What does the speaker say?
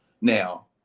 Now